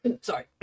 sorry